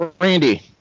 Randy